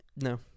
No